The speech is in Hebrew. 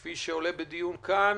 כפי שעולה בדיון כאן,